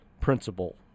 principle